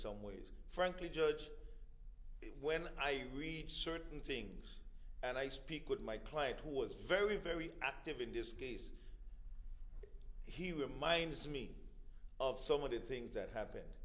some ways frankly judge it when i read certain things and i speak with my client who was very very active in this case he reminds me of so many things that happened